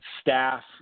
staff